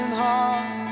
heart